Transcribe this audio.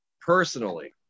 personally